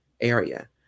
area